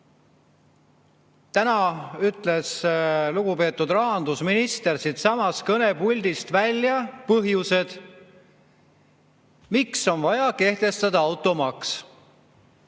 Täna ütles lugupeetud rahandusminister siitsamast kõnepuldist välja põhjused, miks on vaja kehtestada automaks.